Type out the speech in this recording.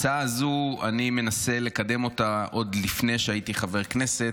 את ההצעה הזו אני מנסה לקדם עוד לפני שהייתי חבר כנסת,